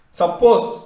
suppose